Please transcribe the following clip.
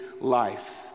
life